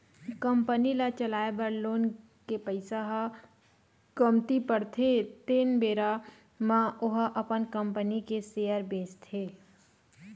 company ल चलाए बर लोन के पइसा ह कमती परथे तेन बेरा म ओहा अपन कंपनी के सेयर बेंचथे